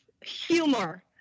Humor